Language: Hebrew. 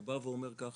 שבא ואומר ככה,